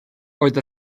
oedd